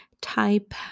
type